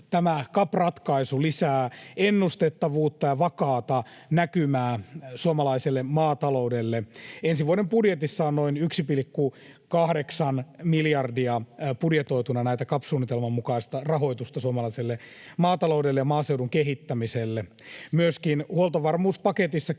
tämä CAP-ratkaisu lisää ennustettavuutta ja vakaata näkymää suomalaiselle maataloudelle. Ensi vuoden budjetissa on noin 1,8 miljardia budjetoituna tätä CAP-suunnitelman mukaista rahoitusta suomalaiselle maataloudelle ja maaseudun kehittämiselle. Myöskin huoltovarmuuspaketissa keväällä